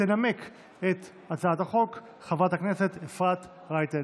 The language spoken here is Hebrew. תנמק את הצעת החוק חברת הכנסת אפרת רייטן.